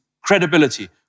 credibility